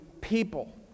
people